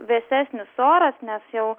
vėsesnis oras nes jau